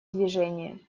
движение